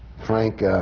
frank,